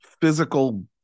physical